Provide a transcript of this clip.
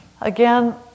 Again